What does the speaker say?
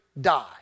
die